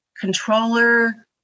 controller